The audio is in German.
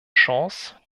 chance